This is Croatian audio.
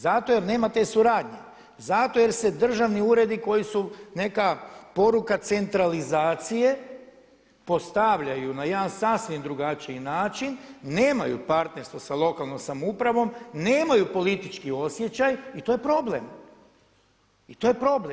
Zato jer nema te suradnje, zato jer se državni uredi koji su neka poruka centralizacije postavljaju na jedan sasvim drugačiji način, nemaju partnerstvo sa lokalnom samoupravom, nemaju politički osjećaj i to je problem i to je problem.